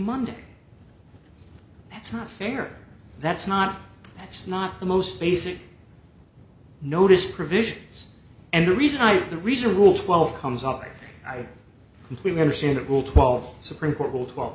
monday that's not fair that's not that's not the most basic noticed provision and the reason why the reason rule twelve comes up i completely understand it will twelve supreme court will twelve